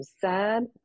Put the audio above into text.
sad